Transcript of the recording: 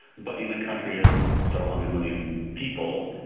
but in a country of several hundred million people,